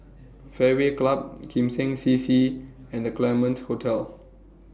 Fairway Club Kim Seng C C and The Claremont Hotel